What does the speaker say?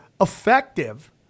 effective